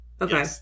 Okay